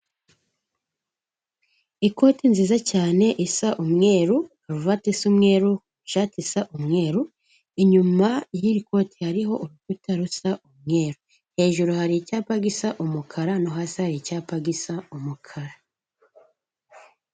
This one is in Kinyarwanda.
Ikoti nziza cyane isa umweru karovate isa umweru ishati isa umweru inyuma y'iri koti hariho urukuta rusa umweru hejuru hari icyapa gisa umukara no hasi hari icyapa gisa umukara.